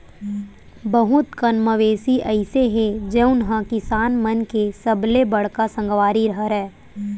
बहुत कन मवेशी अइसे हे जउन ह किसान मन के सबले बड़का संगवारी हरय